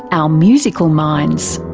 our musical minds.